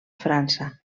frança